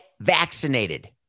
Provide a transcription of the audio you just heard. vaccinated